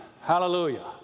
Hallelujah